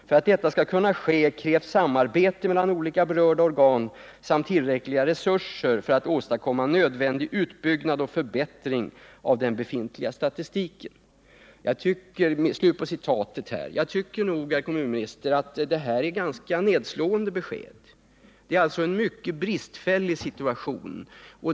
För att detta skall kunna ske krävs samarbete mellan olika berörda organ samt tillräckliga resurser för att åstadkomma nödvändig utbyggnad och förbättring av den befintliga statistiken.” Jag tycker nog, herr kommunminister, att det här är ganska nedslående besked. Situationen är alltså mycket bekymmersam.